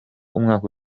umwaka